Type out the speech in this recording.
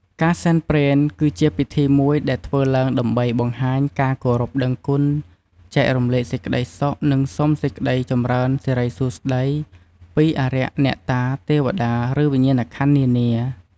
ការសែនព្រេនគឺជាពិធីមួយដែលធ្វើឡើងដើម្បីបង្ហាញការគោរពដឹងគុណចែករំលែកសេចក្តីសុខនិងសុំសេចក្តីចម្រើនសិរីសួស្តីពីអារក្សអ្នកតាទេវតាឬវិញ្ញាណក្ខន្ធនានា។